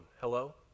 Hello